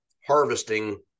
harvesting